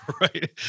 right